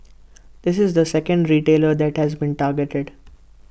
this is the second retailer that has been targeted